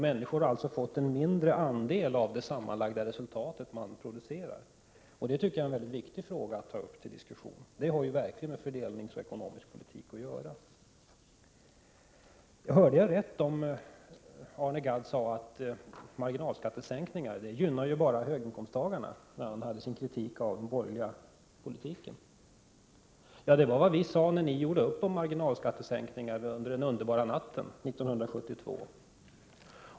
Människor har alltså fått en mindre andel av det sammanlagda värde som de producerar, och det tycker jag är en väldigt viktig fråga att ta upp till diskussion. Det har verkligen med fördelningspolitik och ekonomisk politik att göra. Hörde jag rätt? Sade Arne Gadd i sin kritik av den borgerliga politiken att marginalskattesänkningar bara gynnar höginkomsttagarna? Det var vad vi sade när ni gjorde upp om marginalskattesänkningar under den underbara natten 1972.